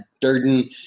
Durden